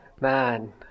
Man